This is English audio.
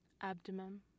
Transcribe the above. abdomen